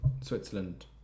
Switzerland